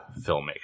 filmmaker